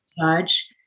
judge